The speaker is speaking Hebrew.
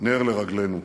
נר לרגלינו.